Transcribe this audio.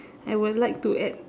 I will like to add